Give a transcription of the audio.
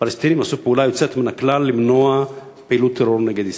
הפלסטינים עשו פעולה יוצאת מן הכלל למנוע פעילות טרור נגד ישראל.